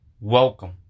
Welcome